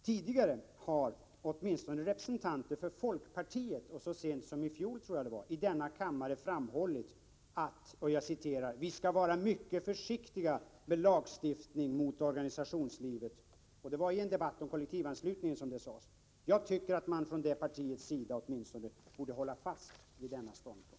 Tidigare har åtminstone representanter för folkpartiet — jag tror att det var så sent som i fjol — framhållit att vi skall vara mycket försiktiga med lagstiftning mot organisationslivet. Det var i en debatt om kollektivanslutning som det sades. Jag tycker att man åtminstone från det partiets sida borde hålla fast vid denna ståndpunkt.